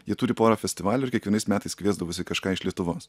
jie turi porą festivalių ir kiekvienais metais kviesdavosi kažką iš lietuvos